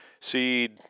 seed